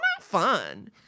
fun